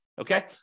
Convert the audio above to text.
Okay